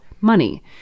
money